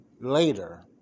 later